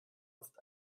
oft